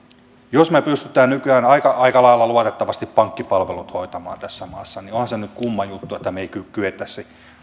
jos me pystymme nykyään aika aika lailla luotettavasti pankkipalvelut hoitamaan tässä maassa niin onhan se nyt kumma juttu että me emme kykenisi